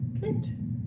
Good